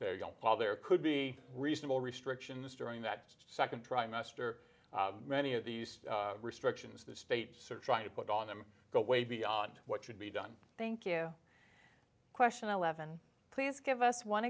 while there could be reasonable restrictions during that second trimester many of these restrictions the states are trying to put on them go way beyond what should be done thank you question eleven please give us one